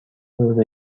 روز